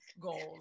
goals